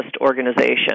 organization